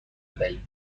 بدهید